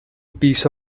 piece